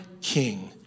King